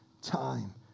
time